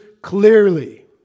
clearly